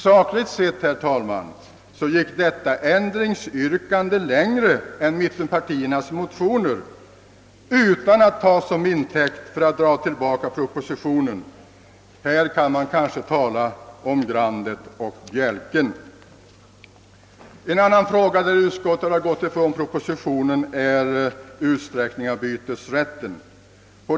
Sakligt sett gick detta ändringsyrkande längre än mittenpartiernas motioner — utan att därför tas till intäkt för att dra tillbaka propositionen. Här kan man kanske tala om grandet och bjälken. En annan fråga där utskottet har gått ifrån propositionen är utsträckningen av bytesrätten.